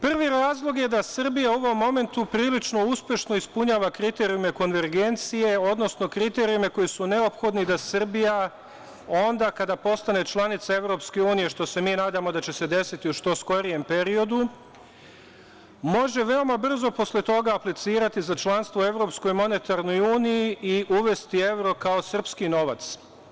Prvi razlog je da Srbija u ovom momentu prilično uspešno ispunjava kriterijume konvergencije, odnosno kriterijume koji su neophodni da Srbija onda kada postane članica EU, što se mi nadamo da će se desiti u što skorijem periodu, može veoma brzo posle toga aplicirati za članstvo u Evropskoj monetarnoj uniji i uvesti evro kao srpski novac.